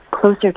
closer